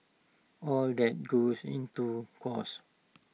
all that goes into cost